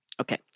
Okay